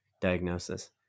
diagnosis